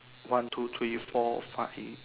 one two three four five